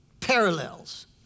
parallels